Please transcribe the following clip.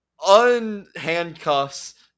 unhandcuffs